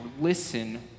listen